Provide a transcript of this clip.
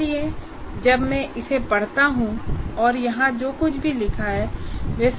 इसलिए जब मैं इसे पढ़ता हूं और यहां जो कुछ भी लिखा है वह समझ में आना चाहिए